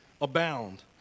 abound